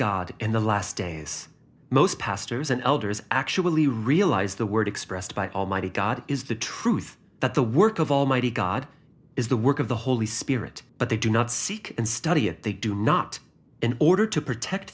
god in the last days most pastors and elders actually realize the word expressed by almighty god is the truth that the work of almighty god is the work of the holy spirit but they do not seek and study it they do not in order to protect